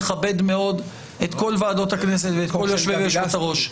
אני מכבד מאוד את כל ועדות הכנסת ואת כל יושבי ויושבות הראש.